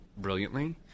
brilliantly